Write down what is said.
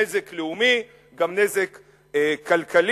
נזק לאומי וגם נזק כלכלי,